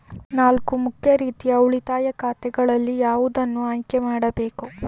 ನಾಲ್ಕು ಮುಖ್ಯ ರೀತಿಯ ಉಳಿತಾಯ ಖಾತೆಗಳಲ್ಲಿ ಯಾವುದನ್ನು ಆಯ್ಕೆ ಮಾಡಬೇಕು?